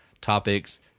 topics